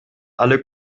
alle